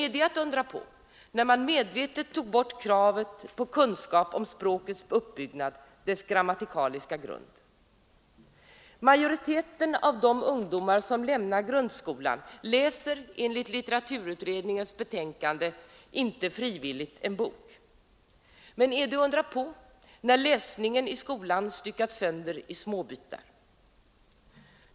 Är det att undra på när man medvetet tog bort kraven på kunskap om språkets uppbyggnad — dess grammatikaliska grund? Majoriteten av de ungdomar som lämnar grundskolan läser enligt litteraturutredningens betänkande aldrig frivilligt en bok. Men är det att undra på när läsningen i skolan styckats sönder i småbitar.